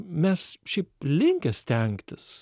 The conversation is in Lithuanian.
mes šiaip linkę stengtis